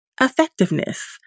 effectiveness